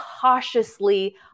cautiously